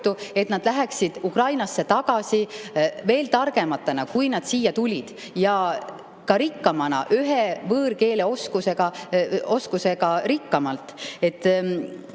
ning läheksid Ukrainasse tagasi veel targematena, kui nad siia tulid. Ka rikkamana, ühe võõrkeele oskuse võrra rikkamana.